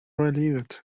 relieved